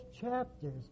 chapters